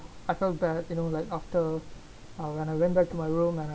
I felt bad you know like after uh when I went back to my room and I